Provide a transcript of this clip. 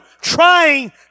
trying